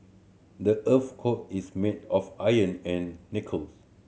the earth's core is made of iron and nickels